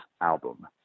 album